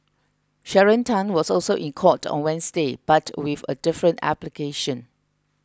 Sharon Tan was also in court on Wednesday but with a different application